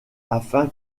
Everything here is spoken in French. afin